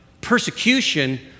persecution